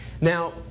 Now